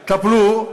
טפלו.